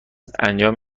انجام